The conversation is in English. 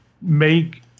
make